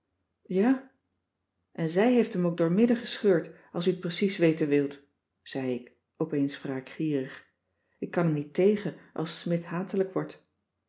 ja en zij heeft hem ook doormidden gescheurd als u t precies weten wilt zei ik opeens wraakgierig ik kan er niet tegen als smidt hatelijk wordt